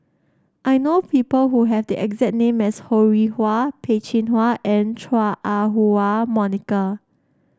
I know people who have the exact name as Ho Rih Hwa Peh Chin Hua and Chua Ah Huwa Monica